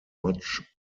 much